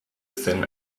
then